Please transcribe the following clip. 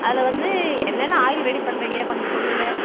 அதில் வந்து என்னென்ன ஆயில் ரெடி பண்ணுறீங்க கொஞ்சம் சொல்லுங்கள்